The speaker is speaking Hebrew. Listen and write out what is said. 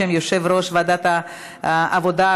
בשם יושב-ראש ועדת העבודה,